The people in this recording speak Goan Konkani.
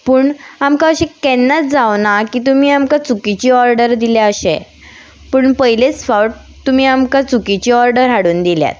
पूण आमकां अशें केन्नाच जावना की तुमी आमकां चुकीची ऑर्डर दिल्या अशें पूण पयलेच फावट तुमी आमकां चुकीची ऑर्डर हाडून दिल्यात